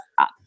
up